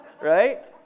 Right